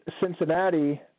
Cincinnati